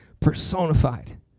personified